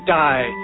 die